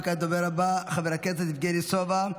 וכעת הדובר הבא, חבר הכנסת יבגני סובה,